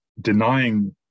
denying